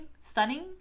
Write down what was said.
Stunning